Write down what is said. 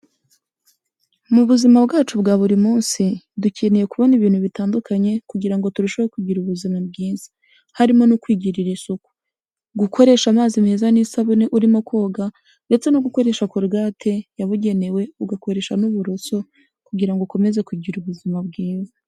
Mu buzima bwacu bwa buri munsi dukeneye kubona ibintu bitandukanye kugira ngo turusheho kugira ubuzima bwiza, harimo no kwigirira isuku, gukoresha amazi meza n'isabune urimo koga ndetse no gukoresha korugate yabugenewe, ugakoresha n'uburoso kugira ngo ukomeze kugira ubuzima bwiza.